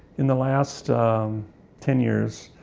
in the last ten years,